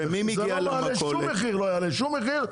זה לא יעלה שום מחיר,